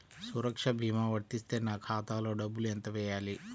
సురక్ష భీమా వర్తిస్తే నా ఖాతాలో డబ్బులు ఎంత వేయాలి?